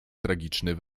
tragiczny